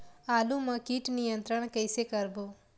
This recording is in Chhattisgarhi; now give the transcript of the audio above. आलू मा कीट नियंत्रण कइसे करबो?